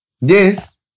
Yes